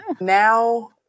now